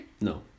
no